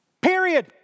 Period